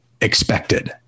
expected